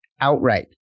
outright